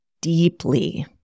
deeply